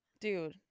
dude